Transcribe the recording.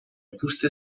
پوست